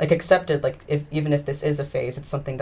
accepted like if even if this is a phase it's something